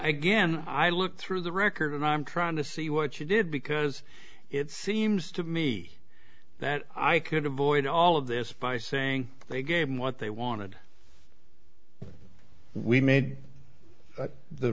again i look through the record and i'm trying to see what you did because it seems to me that i could avoid all of this by saying they gave me what they wanted we made the